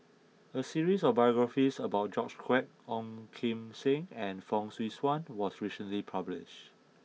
a series of biographies about George Quek Ong Kim Seng and Fong Swee Suan was recently published